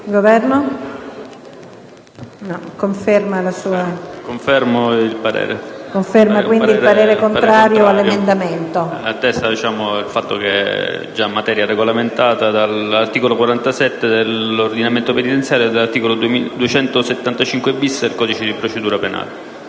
giustizia*. Confermo il parere contrario sull'emendamento, che attesta il fatto che trattasi di materia già regolamentata dall'articolo 47 dell'ordinamento penitenziario e dall'articolo 275-*bis* del codice di procedura penale.